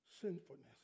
sinfulness